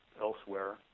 elsewhere